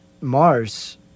Mars